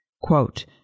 Quote